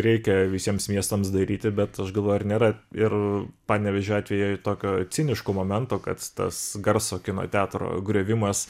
reikia visiems miestams daryti bet aš galvoju ar nėra ir panevėžio atveju tokio ciniško momento kad tas garso kino teatro griovimas